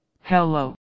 Hello